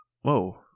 whoa